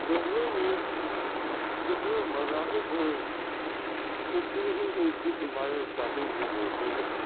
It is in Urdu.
دہلی میں جتنے مذاہب ہیں اتنی ہی ان کی عبادت گاہیں بھی موجود ہیں